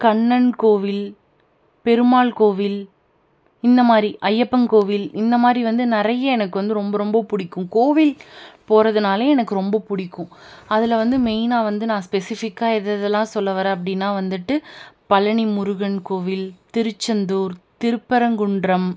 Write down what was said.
கண்ணன் கோவில் பெருமாள் கோவில் இந்தமாதிரி ஐயப்பன் கோவில் இந்தமாதிரி வந்து நிறைய எனக்கு வந்து ரொம்ப ரொம்ப பிடிக்கும் கோவில் போகிறதுனாலே எனக்கு ரொம்ப பிடிக்கும் அதில் வந்து மெயினாக வந்து நான் ஸ்பெஸிஃபிக்காக எதை எதெல்லாம் சொல்ல வரேன் அப்படின்னா வந்துட்டு பழனி முருகன் கோவில் திருச்செந்தூர் திருப்பரங்குன்றம்